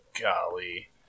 Golly